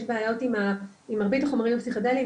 בעיות עם מרבית החומרים הפסיכדליים,